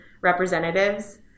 representatives